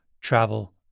travel